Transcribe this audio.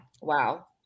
wow